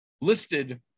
listed